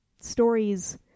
stories